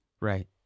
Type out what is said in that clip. Right